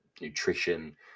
nutrition